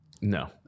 No